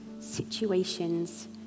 situations